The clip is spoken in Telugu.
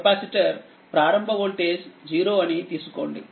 కెపాసిటర్ ప్రారంభ వోల్టేజ్ 0 అని తీసుకోండి